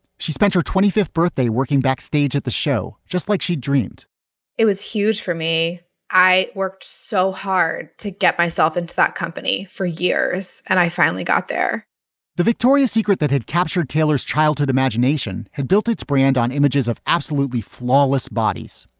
she spent her twenty fifth birthday working backstage at the show, just like she dreamed it was huge for me i worked so hard to get myself into that company for years and i finally got there the victoria's secret that had captured taylor's childhood imagination had built its brand on images of absolutely flawless bodies,